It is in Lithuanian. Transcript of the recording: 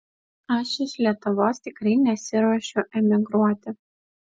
aš iš lietuvos tikrai nesiruošiu emigruoti